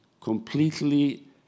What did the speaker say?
completely